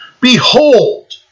Behold